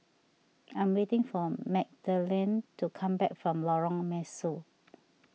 I'm waiting for Magdalen to come back from Lorong Mesu